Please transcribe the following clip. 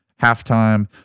halftime